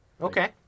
Okay